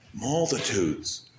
Multitudes